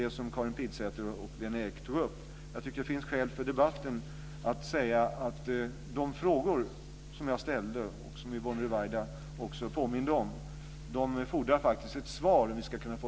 Men för den fortsatta debatten tycker jag att det finns skäl att säga att de frågor som jag ställde och som Yvonne Ruwaida också påminde om faktiskt fordrar ett svar.